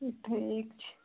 ठीक छै